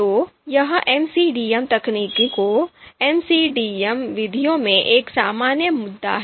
तो यहMCDMतकनीकोंMCDM विधियों में एक सामान्य मुद्दा है